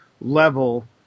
level